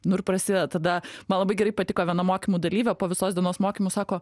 nu ir prasideda tada man labai gerai patiko viena mokymų dalyvė po visos dienos mokymų sako